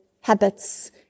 habits